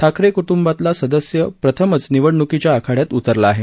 ठाकरे कुटुंबातला सदस्य प्रथमच निवडणुकीच्या आखाडयात उतरला आहे